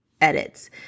edits